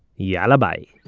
yalla bye